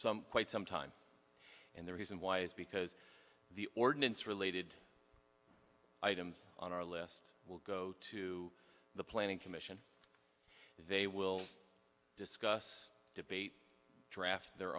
some quite some time and the reason why is because the ordinance related items on our list will go to the planning commission they will discuss debate draft their